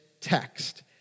text